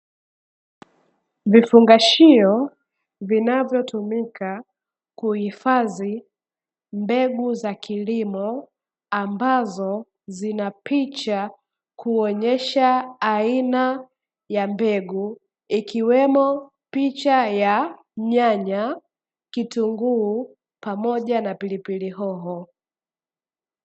Vifungashio vinavyotumika kuhifadhi mbegu za kilimo, ambazo zina picha kuonyesha aina ya mbegu ikiwemo picha ya nyanya, kitunguu pamoja na pilipili hoho.